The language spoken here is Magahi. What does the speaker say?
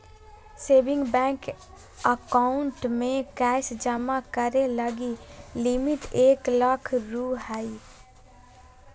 सेविंग बैंक अकाउंट में कैश जमा करे लगी लिमिट एक लाख रु हइ